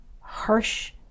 harsh